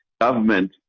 Government